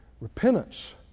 Repentance